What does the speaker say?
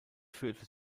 führte